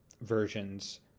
versions